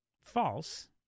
false